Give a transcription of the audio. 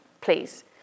please